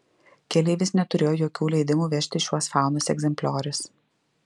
keleivis neturėjo jokių leidimų vežti šiuos faunos egzempliorius